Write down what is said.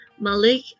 Malik